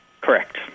Correct